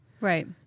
Right